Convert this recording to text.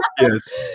Yes